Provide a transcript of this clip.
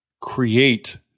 create